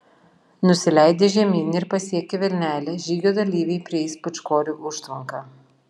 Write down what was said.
nusileidę žemyn ir pasiekę vilnelę žygio dalyviai prieis pūčkorių užtvanką